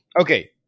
Okay